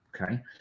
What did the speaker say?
okay